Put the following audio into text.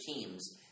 teams